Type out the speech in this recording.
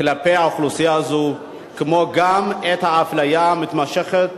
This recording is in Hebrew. כלפי האוכלוסייה הזו, כמו גם את האפליה המתמשכת